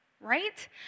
right